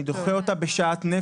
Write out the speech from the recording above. אני דוחה אותה בשאט נפש.